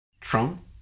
Trump